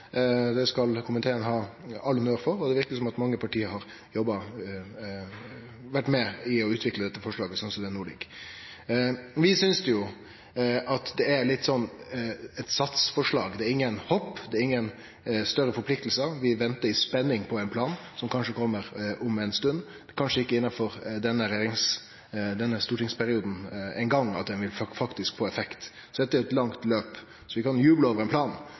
det skal komiteen ha all honnør for, og det verkar som om mange parti har vore med på å utvikle forslaget slik det no ligg her. Vi synest jo at det er eit «sats-forslag» – det er ingen «hopp». Det er ingen forpliktingar – vi ventar i spenning på ein plan som kanskje kjem om ei stund, det blir kanskje ikkje innanfor denne stortingsperioden eingong at han faktisk får effekt. Så dette er eit langt løp. Vi kan juble over ein plan,